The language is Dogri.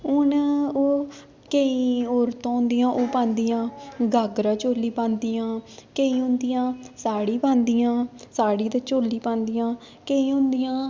हून ओह् केईं औरतां होंदियां ओह् पांदियां घागरा चोली पांदियां केईं होंदियां साड़ी पांदियां साड़ी ते चोली पांदियां केईं होंदियां